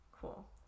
Cool